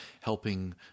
helping